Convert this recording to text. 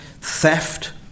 theft